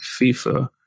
FIFA